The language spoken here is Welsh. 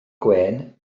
gwên